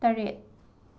ꯇꯔꯦꯠ